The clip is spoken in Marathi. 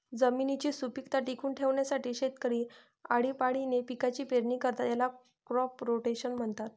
जमिनीची सुपीकता टिकवून ठेवण्यासाठी शेतकरी आळीपाळीने पिकांची पेरणी करतात, याला क्रॉप रोटेशन म्हणतात